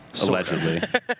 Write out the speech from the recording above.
allegedly